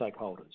stakeholders